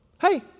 Hey